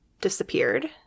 disappeared